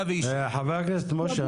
חבר הכנסת משה,